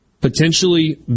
potentially